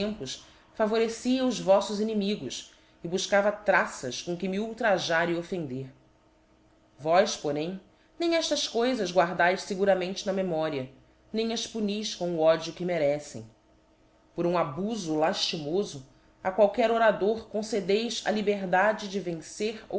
tempos favcwecia os voflbs inimigos e bufcava traças com que me ultrajar e offender vós porém nem eftas coifas guardaes feguramente na memoria nem as punis com o ódio que merecem por um abiífo laítimofo a qualquer orador concedeis a liberdade de vencer